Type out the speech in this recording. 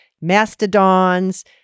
mastodons